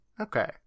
okay